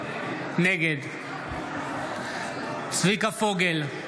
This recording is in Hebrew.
נגד צביקה פוגל,